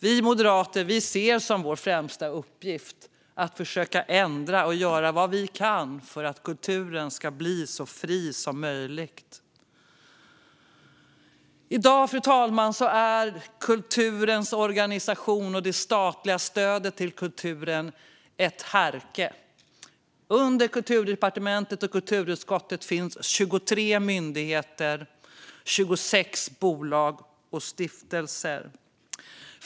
Vi moderater ser som vår främsta uppgift att försöka ändra och göra vad vi kan för att kulturen ska bli så fri som möjligt. I dag, fru talman, är kulturens organisation och det statliga stödet till kulturen ett härke. Under Kulturdepartementet och kulturutskottet finns 23 myndigheter och 26 bolag och stiftelser.